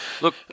look